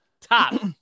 Top